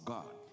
God